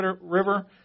River